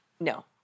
No